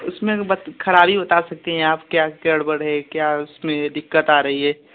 उसमें तो बत ख़राबी बता सकती हैं आप क्या गड़बड़ है क्या उसमें दिक़्क़त आ रही है